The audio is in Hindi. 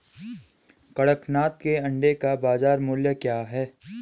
कड़कनाथ के अंडे का बाज़ार मूल्य क्या है?